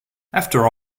after